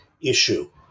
issue